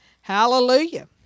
Hallelujah